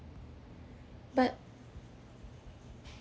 but